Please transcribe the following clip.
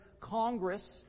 Congress